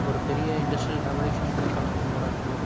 ஒரு பெரிய industrial revolution கொடுக்குற அளவுக்கும் கூட இருக்குது